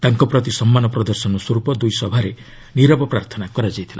ତାଙ୍କ ପ୍ରତି ସମ୍ମାନ ପ୍ରଦର୍ଶନସ୍ୱରୂପ ଦୁଇ ସଭାରେ ନିରବ ପ୍ରାର୍ଥନା କରାଯାଇଥିଲା